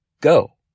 go